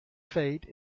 fate